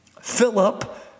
Philip